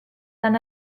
than